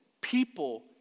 people